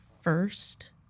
first